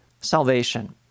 Salvation